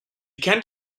kent